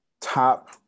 top